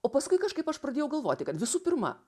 o paskui kažkaip aš pradėjau galvoti kad visų pirma